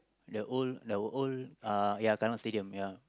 the old the old uh ya Kallang-Stadium ya